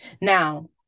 Now